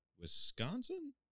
Wisconsin